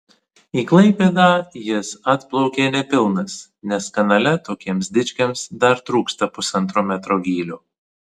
į klaipėdą jis atplaukė nepilnas nes kanale tokiems dičkiams dar trūksta pusantro metro gylio